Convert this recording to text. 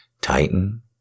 tighten